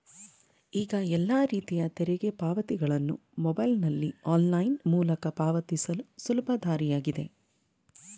ಈಗ ಎಲ್ಲ ರೀತಿಯ ತೆರಿಗೆ ಪಾವತಿಗಳನ್ನು ಮೊಬೈಲ್ನಲ್ಲಿ ಆನ್ಲೈನ್ ಮೂಲಕ ಪಾವತಿಸಲು ಸುಲಭ ದಾರಿಯಾಗಿದೆ